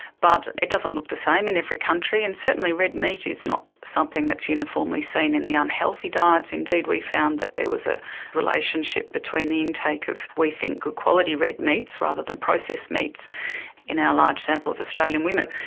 but it doesn't look the same in every country, and certainly red meat is not something that is uniformly seen in the unhealthy diets. indeed, we found that there was a relationship between the intake of we think good quality red meats rather than processed meats in our large sample of australian women.